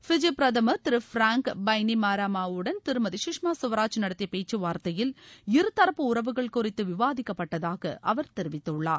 PG பிரதமர் Thiru Frank பைனிமாரமாவுடன் திருமதி சுஷ்மா சுவராஜ் நடத்திய பேச்சுவார்த்தையில் இருதரப்பு உறவுகள் குறித்து விவாதிக்கப்பட்டதாக அவர் தெரிவித்துள்ளார்